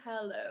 hello